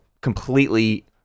completely